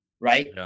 right